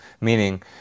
meaning